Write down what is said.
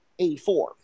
84